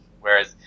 whereas